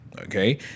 okay